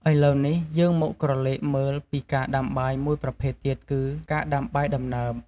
ឥឡុវនេះ យើងមកក្រឡេកមើលពីការដាំបាយមួយប្រភេទទៀតគឺ ការដាំបាយដំណើប។